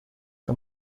the